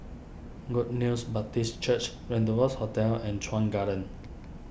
Good News Baptist Church Rendezvous Hotel and Chuan Garden